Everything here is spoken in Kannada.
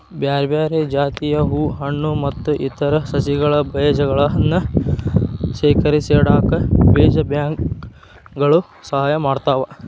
ಬ್ಯಾರ್ಬ್ಯಾರೇ ಜಾತಿಯ ಹೂ ಹಣ್ಣು ಮತ್ತ್ ಇತರ ಸಸಿಗಳ ಬೇಜಗಳನ್ನ ಶೇಖರಿಸಿಇಡಾಕ ಬೇಜ ಬ್ಯಾಂಕ್ ಗಳು ಸಹಾಯ ಮಾಡ್ತಾವ